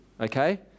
okay